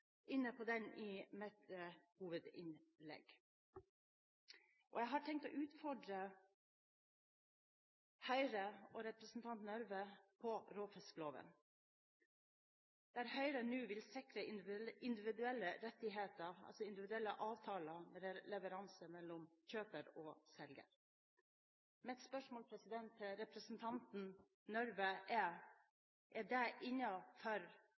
inne på den i mitt hovedinnlegg, og jeg har tenkt å utfordre Høyre og representanten Røbekk Nørve på den, der Høyre nå vil sikre individuelle avtaler om leveranse mellom kjøper og selger. Mitt spørsmål til representanten Røbekk Nørve er: Er det